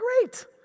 great